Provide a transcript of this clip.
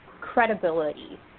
credibility